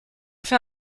fait